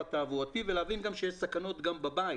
התעבורתי וגם להבין שיש סכנות גם בבית